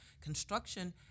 construction